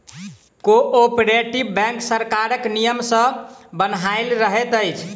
cooperative bank सरकारक नियम सॅ बन्हायल रहैत अछि